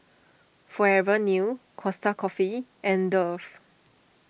Forever New Costa Coffee and Dove